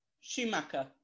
Schumacher